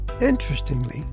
Interestingly